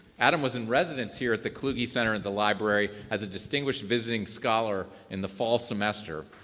adam was in residence here at the kluge center at the library as a distinguished visiting scholar in the fall semester,